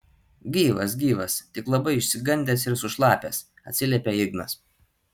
gyvas gyvas tik labai išsigandęs ir sušlapęs atsiliepia ignas